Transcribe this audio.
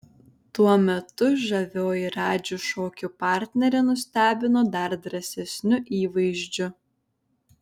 tuo metu žavioji radži šokių partnerė nustebino dar drąsesniu įvaizdžiu